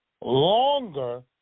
longer